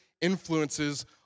influences